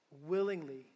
willingly